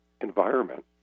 environment